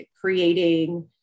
creating